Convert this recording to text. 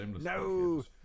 No